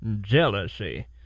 jealousy